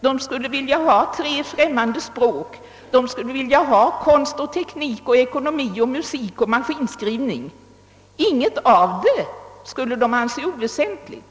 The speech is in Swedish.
De skulle vilja läsa tre främmande språk och de skulle vilja läsa konst, teknik, ekonomi och maskinskrivning — inget av ämnena skulle de anse som oväsentligt.